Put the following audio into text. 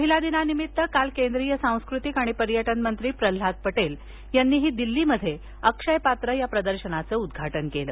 महिला दिनानिमित्त काल केंद्रीय सांस्कृतिक आणि पर्यटन मंत्री प्रल्हाद पटेल यांनीही दिल्लीत अक्षय पात्र या प्रदर्शनाचं उद्घाटन केलं